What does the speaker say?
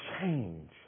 change